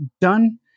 done